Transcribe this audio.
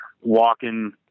walking